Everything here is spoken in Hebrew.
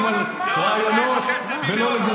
הבוס מחייך,